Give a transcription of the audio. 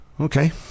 okay